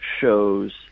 shows